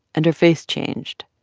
and her face changed.